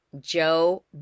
Joe